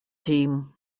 team